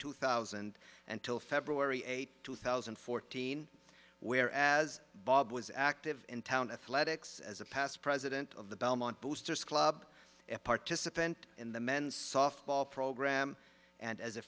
two thousand and till february eighth two thousand and fourteen where as bob was active in town athletics as a past president of the belmont boosters club a participant in the men's softball program and as a